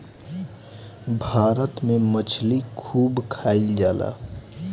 भारत में मछली खूब खाईल जाला